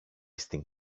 στην